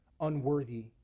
unworthy